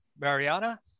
Mariana